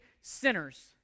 sinners